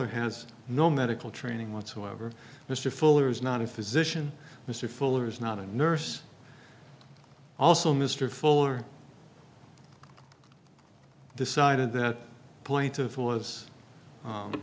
fuller has no medical training whatsoever mr fuller is not a physician mr fuller is not a nurse also mr fuller decided that point of was